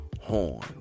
horn